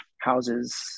houses